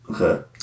Okay